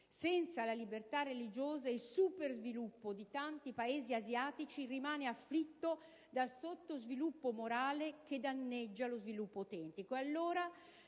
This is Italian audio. Senza la libertà religiosa, il super sviluppo di tanti Paesi asiatici, rimane afflitto dal sottosviluppo morale che danneggia lo sviluppo autentico.